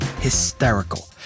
hysterical